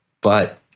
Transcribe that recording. But-